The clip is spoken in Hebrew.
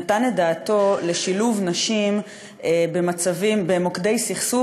נתן את דעתו על שילוב נשים במוקדי סכסוך